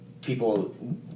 People